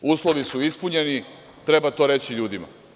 Uslovi su ispunjeni, treba to reći ljudima.